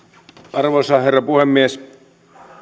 arvoisa herra puhemies